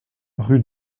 rue